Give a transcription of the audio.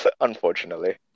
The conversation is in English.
Unfortunately